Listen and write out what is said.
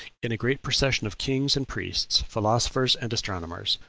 in a great procession of kings and priests, philosophers and astronomers,